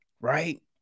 right